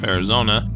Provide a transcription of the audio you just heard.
Arizona